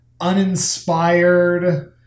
uninspired